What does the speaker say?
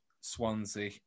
Swansea